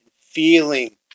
feeling